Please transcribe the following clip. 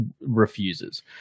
refuses